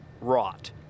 rot